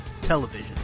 television